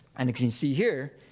and as you can see here,